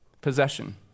possession